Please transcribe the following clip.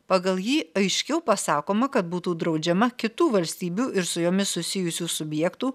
pagal jį aiškiau pasakoma kad būtų draudžiama kitų valstybių ir su jomis susijusių subjektų